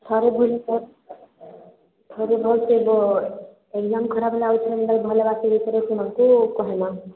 ଥରେ ଭୁଲ୍ କର ଥରେ ଭଲ୍ସେ ଏକ୍ଜାମ୍ ଖରାପ ହେଲେ ଆଉ ଥରେ ସେମାନକୁ କହେମା